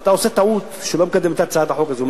שאתה עושה טעות שאתה לא מקדם את הצעת החוק הזאת.